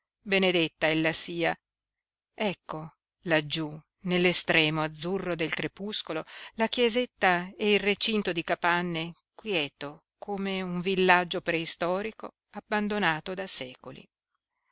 benedetta ella sia ecco laggiú nell'estremo azzurro del crepuscolo la chiesetta e il recinto di capanne quieto come un villaggio preistorico abbandonato da secoli